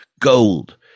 gold